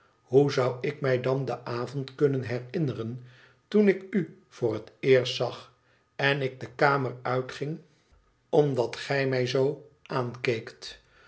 hoe zou ik mij dan den avond kunnen herinneren toen ik u voor het eerst zag en ik de kamer uitging omdat gij mij zoo ssn